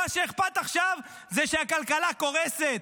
מה שאכפת ממנו עכשיו זה שהכלכלה קורסת,